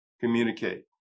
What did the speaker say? communicate